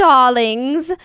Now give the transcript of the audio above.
Darlings